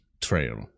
trail